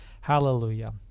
hallelujah